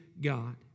God